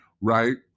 right